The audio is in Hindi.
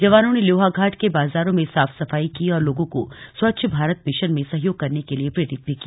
जवानों ने लोहाघाट के बाजारों में साफ सफाई की और लोगों को स्वच्छ भारत मिशन में सहयोग करने के लिए प्रेरित भी किया